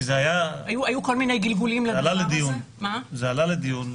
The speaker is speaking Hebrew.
היו לדבר הזה כל מיני גלגולים --- זה הרי עלה לדיון,